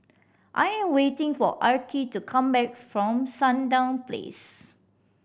I am waiting for Arkie to come back from Sandown Place